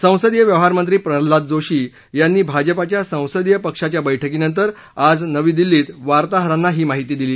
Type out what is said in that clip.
संसदीय व्यवहारमंत्री प्रल्हाद जोशी यांनी भाजपाच्या संसदीय पक्षाच्या बैठकीनंतर आज नवी दिल्ली क्वे वार्ताहरांना सांगितलं